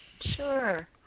Sure